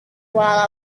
while